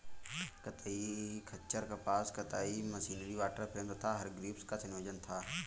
कताई खच्चर कपास कताई मशीनरी वॉटर फ्रेम तथा हरग्रीव्स का संयोजन था